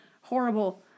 horrible